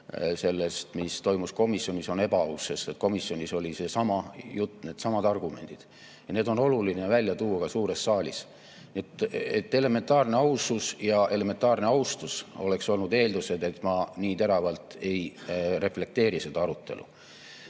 sellest, mis toimus komisjonis – see on ebaaus, sest komisjonis oli seesama jutt, needsamad argumendid. Need on oluline välja tuua ka suures saalis. Nii et elementaarne ausus ja elementaarne austus oleks olnud eeldused, et ma nii teravalt ei reflekteeriks seda